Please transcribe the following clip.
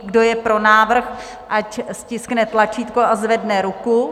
Kdo je pro návrh, ať stiskne tlačítko a zvedne ruku.